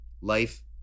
life